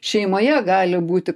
šeimoje gali būti